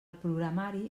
programari